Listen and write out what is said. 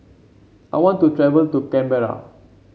I want to travel to Canberra